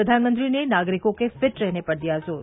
प्रधानमंत्री ने नागरिकों के फिट रहने पर दिया जोर